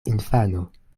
infano